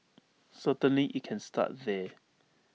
certainly IT can start there